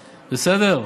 בסדר?